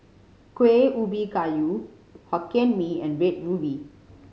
Kueh Ubi Kayu Hokkien Mee and Red Ruby